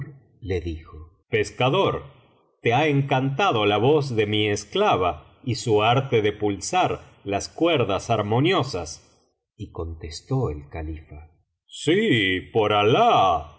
le dijo pescador te ha encantado la voz de mi esclava y su arte de pulsar las cuerdas armoniosas y contestó el califa sí por alah